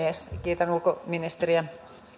kiitän ulkoministeriä